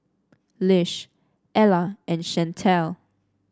Lish Ella and Chantal